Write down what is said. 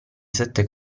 sette